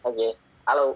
okay hello